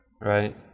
right